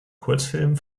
kurzfilmen